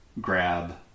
grab